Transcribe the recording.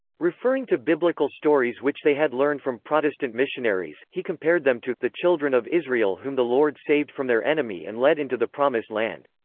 referring to biblical stories which they had learned from protestant missionaries, he compared them to the children of israel whom the lord saved from their enemy and led into the promised land.